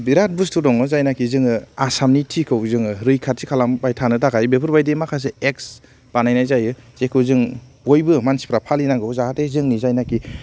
बिरात बुस्तु दङ जायनाखि जोङो आसामनि थि खौ जोङो रैखाथि खालामबाय थानो थाखाय बेफोरबायदि माखासे एक्टस बानायनाय जायो जेखौ जों बयबो मानसिफ्रा फालिनांगौ जाहाथे जोंनि जायनाखि